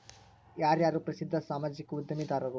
ಯಾರ್ಯಾರು ಪ್ರಸಿದ್ಧ ಸಾಮಾಜಿಕ ಉದ್ಯಮಿದಾರರು